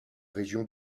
région